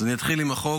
אז אני אתחיל עם החוק.